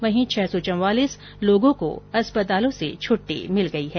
वहीं छः सौ चवालीस लोगों को अस्पतालों से छुट्टी मिल गयी है